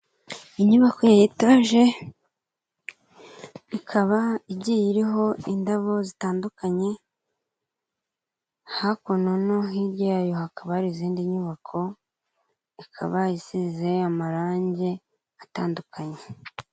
Inyubako ya etaje ikaba igiye iriho indabo zitandukanye, hakuno no hirya yayo hakaba hari izindi nyubako, ikaba isize amarange atandukanye.